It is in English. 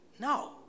No